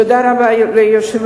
תודה רבה ליושב-ראש.